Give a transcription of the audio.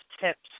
tips